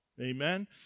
Amen